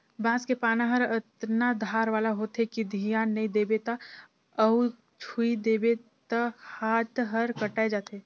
बांस के पाना हर अतना धार वाला होथे कि धियान नई देबे त अउ छूइ देबे त हात हर कटाय जाथे